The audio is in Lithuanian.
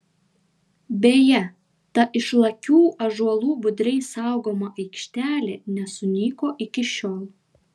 beje ta išlakių ąžuolų budriai saugoma aikštelė nesunyko iki šiol